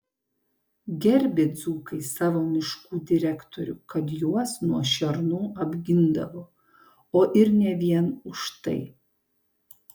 gerbė dzūkai savo miškų direktorių kad juos nuo šernų apgindavo o ir ne vien už tai